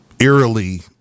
eerily